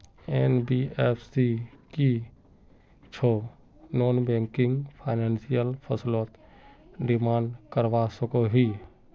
NBFC की छौ non banking financial फसलोत डिमांड करवा सकोहो जाहा?